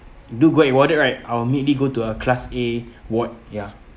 do got in warded right I'll immediately go to a class A ward ya